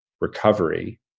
recovery